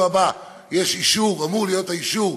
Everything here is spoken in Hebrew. בשבוע הבא יש אישור, אמור להיות האישור.